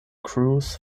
crews